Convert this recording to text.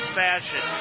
fashion